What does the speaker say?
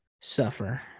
suffer